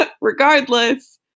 Regardless